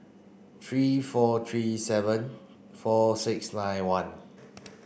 three four three seven four six nine one